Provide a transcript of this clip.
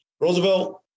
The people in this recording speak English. Roosevelt